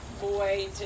boy